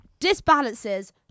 disbalances